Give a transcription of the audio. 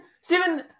Steven